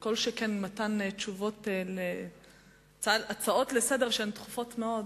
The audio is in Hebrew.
כל שכן במתן תשובות על הצעות לסדר-היום שהן דחופות מאוד.